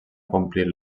complir